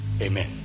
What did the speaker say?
Amen